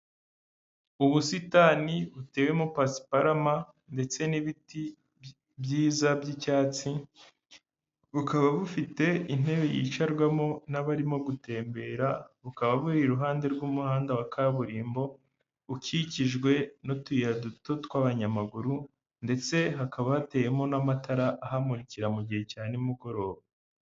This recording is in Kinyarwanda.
Ubusitani butewemo pasiparama ndetse n'ibiti byiza by'icyatsi, bukaba bufite intebe yicarwamo n'abarimo gutembera, bukaba buri iruhande rw'umuhanda wa kaburimbo ukikijwe n'utuyira duto tw'abanyamaguru ndetse hakaba hateyemo n'amatara ahamurikira mu gihe cya ni mugoroba.